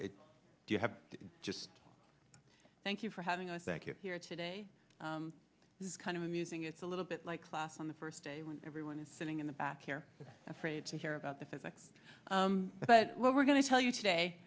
l do you have to just thank you for having us thank you here today is kind of amusing it's a little bit like class on the first day when everyone is sitting in the back here afraid to hear about the physics but what we're going to tell you today